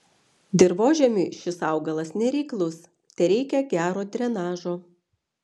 dirvožemiui šis augalas nereiklus tereikia gero drenažo